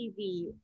TV